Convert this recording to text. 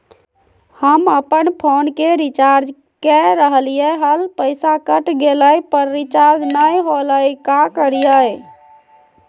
हम अपन फोन के रिचार्ज के रहलिय हल, पैसा कट गेलई, पर रिचार्ज नई होलई, का करियई?